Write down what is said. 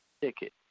ticket